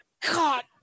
God